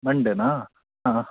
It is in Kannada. ಮಂಡೆನಾ ಹಾಂ